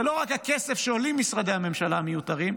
זה לא רק הכסף שעולים משרדי הממשלה המיותרים,